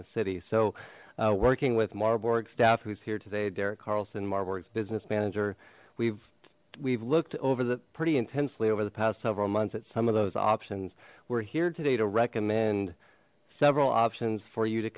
the city so working with marburg staff who's here today derek carlson marr works business manager we've we've looked over the pretty intensely over the past several months at some of those options we're here today to recommend several options for you to